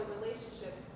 relationship